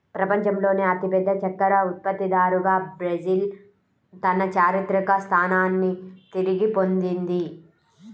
ప్రపంచంలోనే అతిపెద్ద చక్కెర ఉత్పత్తిదారుగా బ్రెజిల్ తన చారిత్రక స్థానాన్ని తిరిగి పొందింది